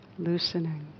loosening